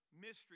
mystery